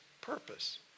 purpose